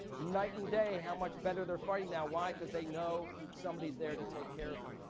night and day how much better they're fighting now. why? cause they know somebody's there to take care of them.